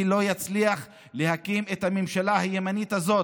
לא יצליח להקים את הממשלה הימנית הזאת.